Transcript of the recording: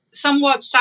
somewhat